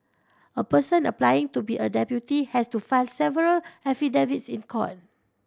a person applying to be a deputy has to file several affidavits in court